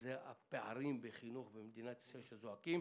זה הפערים בחינוך במדינת ישראל שזועקים.